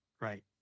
right